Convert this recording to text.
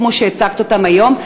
כמו שהצגת אותם היום,